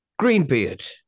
Greenbeard